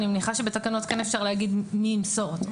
אני מניחה שבתקנות כן אפשר להגיד מי ימסור אותו.